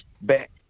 back